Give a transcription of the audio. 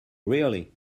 really